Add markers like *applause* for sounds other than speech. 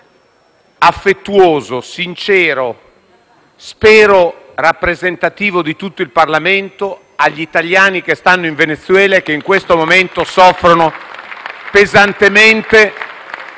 affettuoso e sincero, spero rappresentativo di tutto il Parlamento, agli italiani che vivono in Venezuela *applause* e che in questo momento soffrono pesantemente